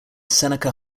seneca